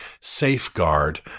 safeguard